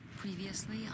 previously